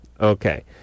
Okay